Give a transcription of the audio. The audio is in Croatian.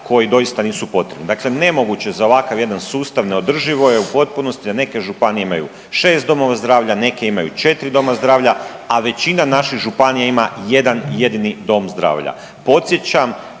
koji doista nisu potrebni. Dakle, nemoguće je za ovakav jedan sustav, neodrživo je u potpunosti da neke županije imaju 6 domova zdravlja, neke imaju 4 doma zdravlja, a većina naših županija ima jedan jedini doma zdravlja. Podsjećam,